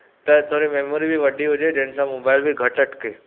त थोरी मेमोरी बि वॾी हुजे जंहिंसां मोबाइल बि घटि अटिके